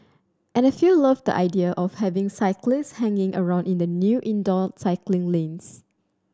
and a few loved idea of having cyclists hanging around in the new indoor cycling lanes